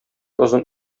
озын